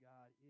God